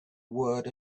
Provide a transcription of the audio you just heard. word